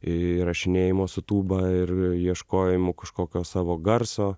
įrašinėjimo su tūba ir ieškojimu kažkokio savo garso